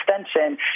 extension